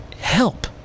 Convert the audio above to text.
help